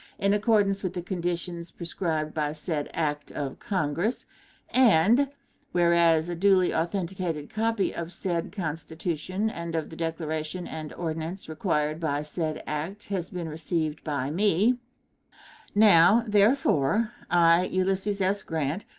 in accordance with the conditions prescribed by said act of congress and whereas a duly authenticated copy of said constitution and of the declaration and ordinance required by said act has been received by me now, therefore, i, ulysses s. grant,